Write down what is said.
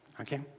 okay